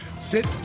sit